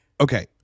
okay